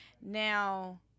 Now